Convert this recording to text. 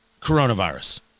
coronavirus